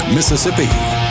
Mississippi